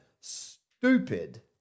stupid